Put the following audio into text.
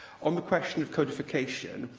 on the question of codification,